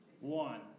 One